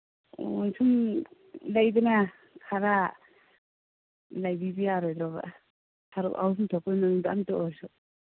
ꯑꯣ ꯁꯨꯝ ꯂꯩꯗꯅ ꯈꯔ ꯂꯩꯕꯤꯕ ꯌꯥꯔꯑꯣꯏꯗ꯭ꯔꯣꯕ ꯁꯔꯨꯛ ꯑꯍꯨꯝ ꯊꯣꯛꯄꯒꯤ ꯃꯅꯨꯡꯗ ꯑꯃꯇ ꯑꯣꯏꯔꯁꯨ